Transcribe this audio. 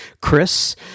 Chris